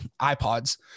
iPods